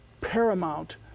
paramount